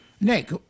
Nick